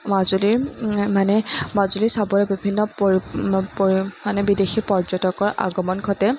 মাজুলীৰ মানে মাজুলী চাবলৈ বিভিন্ন মানে বিদেশী পৰ্যটকৰ আগমন ঘটে